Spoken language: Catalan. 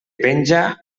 penja